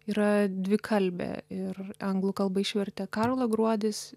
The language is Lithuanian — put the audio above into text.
yra dvikalbė ir anglų kalbą išvertė karla gruodis